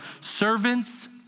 servants